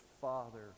father